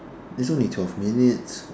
it's only twelve minutes